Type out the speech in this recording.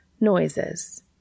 Noises